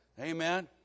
Amen